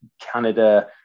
Canada